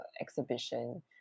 exhibition